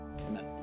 Amen